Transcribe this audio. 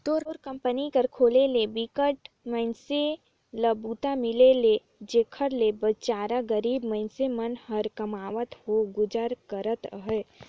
तोर कंपनी कर खोले ले बिकट मइनसे ल बूता मिले हे जेखर ले बिचार गरीब मइनसे मन ह कमावत होय गुजर करत अहे